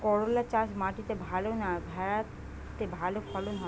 করলা চাষ মাটিতে ভালো না ভেরাতে ভালো ফলন হয়?